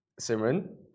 Simran